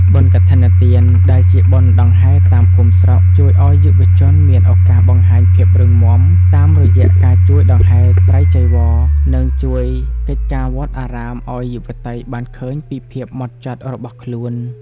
បុណ្យកឋិនទានដែលជាបុណ្យដង្ហែតាមភូមិស្រុក ជួយឱ្យយុវជនមានឱកាសបង្ហាញភាពរឹងមាំតាមរយៈការជួយដង្ហែត្រៃចីវរ និងជួយកិច្ចការវត្តអារាមឱ្យយុវតីបានឃើញពីភាពហ្មត់ចត់របស់ខ្លួន។